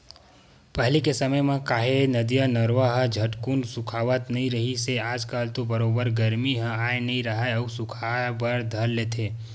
पहिली के समे म काहे नदिया, नरूवा ह झटकून सुखावत नइ रिहिस हे आज कल तो बरोबर गरमी ह आय नइ राहय अउ सुखाय बर धर लेथे